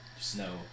snow